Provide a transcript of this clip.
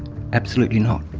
absolutely not.